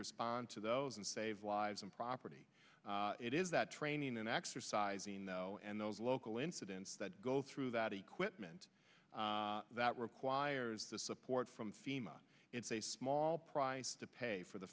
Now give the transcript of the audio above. respond to those and save lives and property it is that training and exercising and those local incidents that go through that equipment that requires the support from fema it's a small price to pay for the